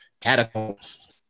catacombs